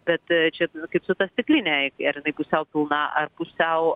bet čia kaip su ta stikline ar inai pusiau pilna ar pusiau